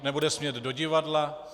Nebude smět do divadla?